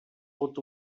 pot